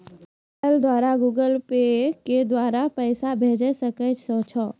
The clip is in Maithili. मोबाइल द्वारा गूगल पे के द्वारा भी पैसा भेजै सकै छौ?